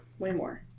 Waymore